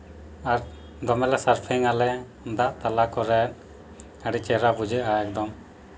ᱟᱨ ᱫᱚᱢᱮᱞᱮ ᱥᱟᱨᱯᱷᱤᱝ ᱟᱞᱮ ᱫᱟᱜ ᱛᱟᱞᱟ ᱠᱚᱨᱮᱫ ᱟᱹᱰᱤ ᱪᱮᱦᱨᱟ ᱵᱩᱡᱷᱟᱹᱜᱼᱟ ᱮᱠᱫᱚᱢ